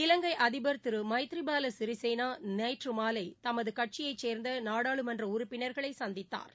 இலங்கைஅதிபர் திருமைத்ரிபாலசிறிசேனநேற்றுமாலைதமதுகட்சியைசேர்ந்தநாடாளுமன்றஉறுப்பினா்களைசந்தித்தாா்